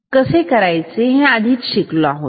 comparator काय आहे हे आपण शिकलो आहोत